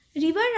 River